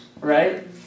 Right